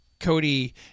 Cody